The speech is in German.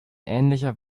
ähnlicher